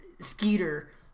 Skeeter